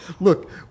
Look